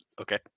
Okay